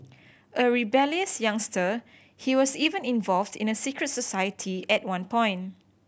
a rebellious youngster he was even involved in a secret society at one point